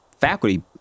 faculty